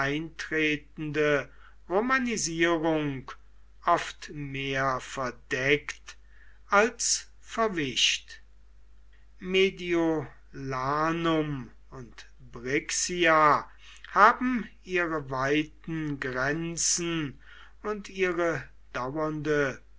eintretende romanisierung oft mehr verdeckt als verwischt mediolanum und brixia haben ihre weiten grenzen und ihre dauernde